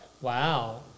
Wow